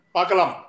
Pakalam